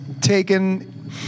taken